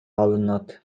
алынат